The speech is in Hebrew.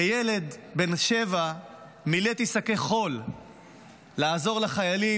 כילד בן שבע מילאתי שקי חול לעזור לחיילים